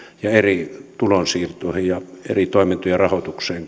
ja eri tulonsiirtoihin ja eri toimintojen rahoitukseen